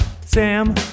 Sam